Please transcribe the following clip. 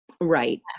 right